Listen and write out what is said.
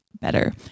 better